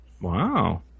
Wow